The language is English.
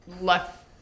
left